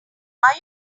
are